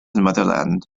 motherland